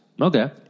Okay